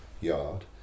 yard